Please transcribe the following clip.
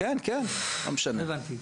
לא הבנתי.